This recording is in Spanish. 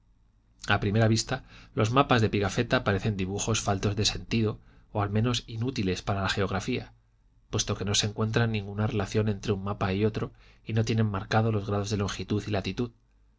a primera vista los mapas de pigafetta parecen dibujos faltos de sentido o al menos inútiles para la geografía puesto que no se encuentra ninguna relación entre un mapa y otro y no tienen marcados los grados de longitud y latitud